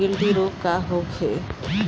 गिल्टी रोग का होखे?